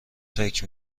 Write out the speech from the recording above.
فکر